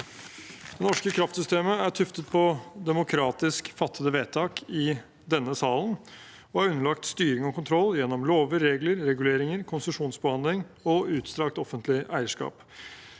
Det norske kraftsystemet er tuftet på demokratisk fattede vedtak i denne salen og underlagt styring og kontroll gjennom lover, regler, reguleringer, konsesjonsbehandling og utstrakt offentlig eierskap.